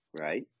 right